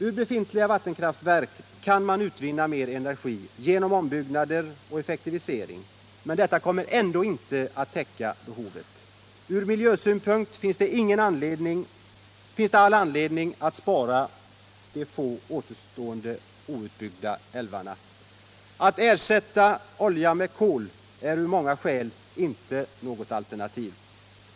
Ur befintliga vattenkraftverk kan man utvinna mer energi genom ombyggnader och effektivisering, men detta kommer ändå inte att täcka behovet. Ur miljösynpunkt finns det all anledning att spara de få återstående outbyggda älvarna. Att ersätta oljan med kol är av många skäl inte något alternativ.